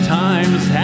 time's